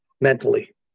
mentally